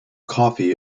coffey